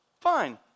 Fine